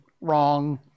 Wrong